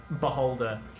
beholder